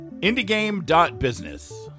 indiegame.business